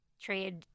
trade